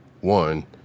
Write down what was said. one